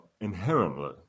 inherently